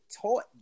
taught